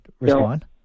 respond